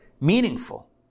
meaningful